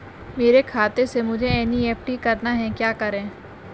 मेरे खाते से मुझे एन.ई.एफ.टी करना है क्या करें?